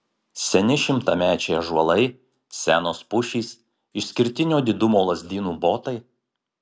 seni šimtamečiai ąžuolai senos pušys išskirtinio didumo lazdynų botai